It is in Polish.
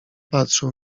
patrzył